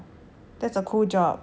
I would want to work desk there